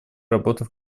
работы